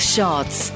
Shots